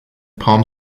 palm